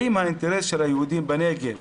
האם האינטרס של היהודים בנגב